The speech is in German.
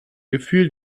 gefühl